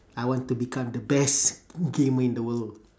I want to become the best gamer in the world